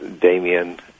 Damien